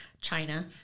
China